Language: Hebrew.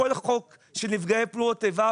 כל חוק של נפגעי פעולות איבה,